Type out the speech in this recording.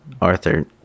Arthur